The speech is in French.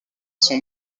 son